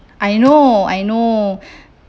I know I know